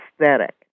aesthetic